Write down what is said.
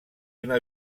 una